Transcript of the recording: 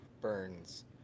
Burns